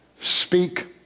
speak